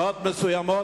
ובשעות מסוימות,